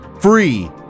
free